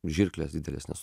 žirklės didelės nes